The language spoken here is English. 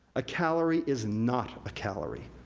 a calorie is not a calorie.